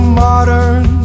modern